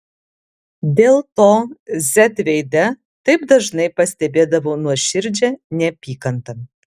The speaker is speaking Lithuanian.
dėl to z veide taip dažnai pastebėdavau nuoširdžią neapykantą